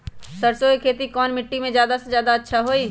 सरसो के खेती कौन मिट्टी मे अच्छा मे जादा अच्छा होइ?